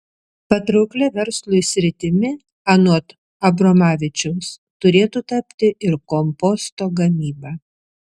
patrauklia verslui sritimi anot abromavičiaus turėtų tapti ir komposto gamyba